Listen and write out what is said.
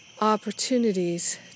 opportunities